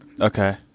Okay